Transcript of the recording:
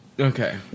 Okay